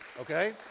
okay